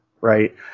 right